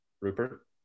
Rupert